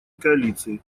коалиции